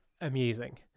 amusing